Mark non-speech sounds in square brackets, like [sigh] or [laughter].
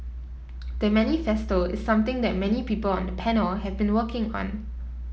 the manifesto is something that many people on the panel have been working [unintelligible]